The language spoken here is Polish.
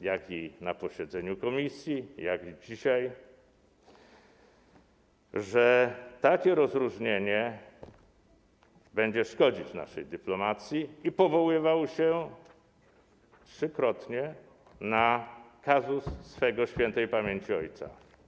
jak i na posiedzeniu komisji i dzisiaj, że takie rozróżnienie będzie szkodzić naszej dyplomacji, i powoływał się trzykrotnie na kazus swego śp. ojca.